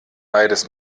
beides